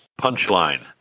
Punchline